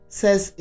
says